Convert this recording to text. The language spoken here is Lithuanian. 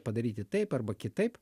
padaryti taip arba kitaip